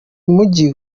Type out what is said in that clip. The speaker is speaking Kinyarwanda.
mujyi